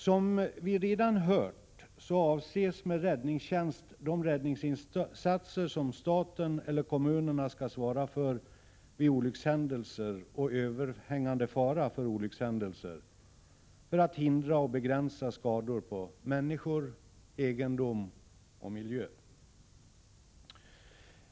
Som vi redan hört avses med räddningstjänst de räddningsinsatser som staten eller kommunerna skall svara för vid olyckshändelser och överhängande fara för olyckshändelser för att hindra och begränsa skador på människor, egendom eller miljö.